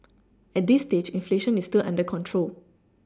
at this stage inflation is still under control